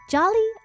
Jolly